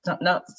No